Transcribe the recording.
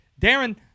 Darren